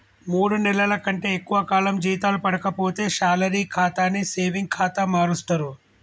మూడు నెలల కంటే ఎక్కువ కాలం జీతాలు పడక పోతే శాలరీ ఖాతాని సేవింగ్ ఖాతా మారుస్తరు